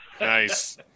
Nice